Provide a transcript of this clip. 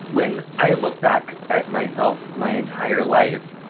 when i look back at myself my entire life,